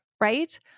Right